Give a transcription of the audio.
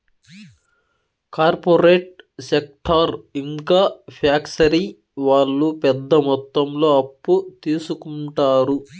corporate sector ఇంకా factory వాళ్ళు పెద్ద మొత్తంలో అప్పు తీసుకుంటారు